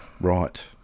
Right